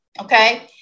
Okay